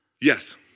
Yes